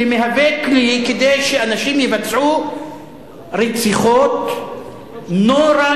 שמהווה כלי כדי שאנשים יבצעו רציחות נוראיות,